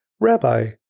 Rabbi